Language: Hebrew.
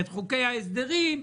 את חוקי ההסדרים,